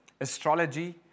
astrology